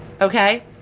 okay